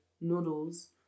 noodles